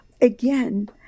Again